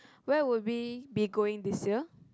where would we be going this year